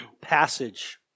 passage